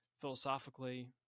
philosophically